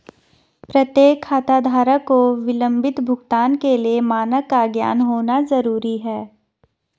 प्रत्येक खाताधारक को विलंबित भुगतान के लिए मानक का ज्ञान होना जरूरी है